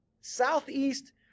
Southeast